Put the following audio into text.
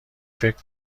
فکر